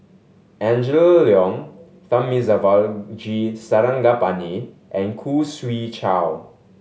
Angela Liong Thamizhavel G Sarangapani and Khoo Swee Chiow